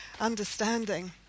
understanding